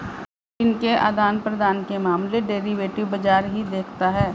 ऋण के आदान प्रदान के मामले डेरिवेटिव बाजार ही देखता है